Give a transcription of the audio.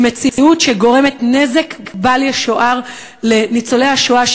היא מציאות שגורמת נזק בל ישוער לניצולי השואה,